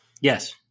Yes